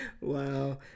Wow